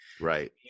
Right